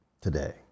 today